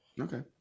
Okay